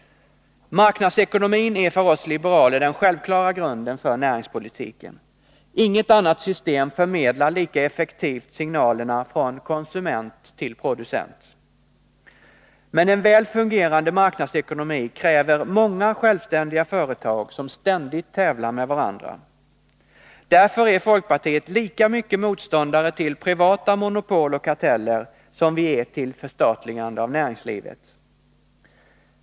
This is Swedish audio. Marknadsekonomin är för oss liberaler den självklara grunden för näringspolitiken. Inget annat system förmedlar lika effektivt signalerna från konsument till producent. Men en väl fungerande marknadsekonomi kräver många självständiga företag som ständigt tävlar med varandra. Därför är folkpartiet lika mycket motståndare till privata monopol och karteller som vi är till förstatligande av näringslivet.